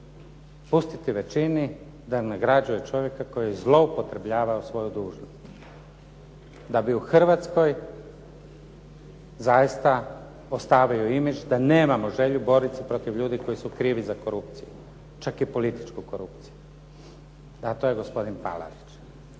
pustiti većini da nagrađuje koji je zloupotrebljavao svoju dužnost. Da bi u Hrvatskoj zaista ostavio imidž da nemamo želju boriti se protiv ljudi koji su krivi za korupciju, čak i političku korupciju, a to je gospodin Palarić.